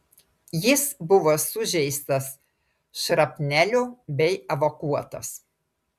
jis buvo sužeistas šrapnelio bei evakuotas